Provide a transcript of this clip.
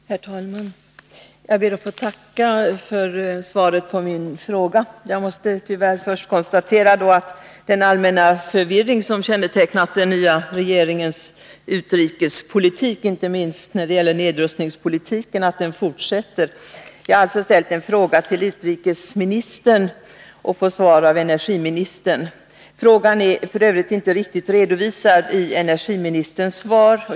Herr talman! Jag ber att få tacka för svaret på min fråga. Jag måste tyvärr konstatera att den allmänna förvirring som kännetecknat den nya regeringensutrikespolitik, inte minst när det gäller nedrustningspolitiken, består. Jag har alltså ställt en fråga till utrikesministern och får svar av energiministern. Frågan är f. ö. inte riktigt redovisad i energiministerns svar.